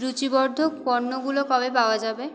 রুচিবর্ধক পণ্যগুলো কবে পাওয়া যাবে